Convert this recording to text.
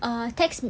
err text me